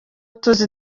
tuzi